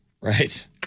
Right